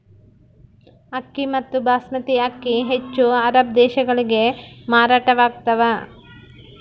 ಅಕ್ಕಿ ಮತ್ತು ಬಾಸ್ಮತಿ ಅಕ್ಕಿ ಹೆಚ್ಚು ಅರಬ್ ದೇಶಗಳಿಗೆ ಮಾರಾಟವಾಗ್ತಾವ